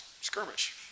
skirmish